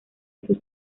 sus